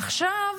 עכשיו